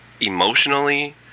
emotionally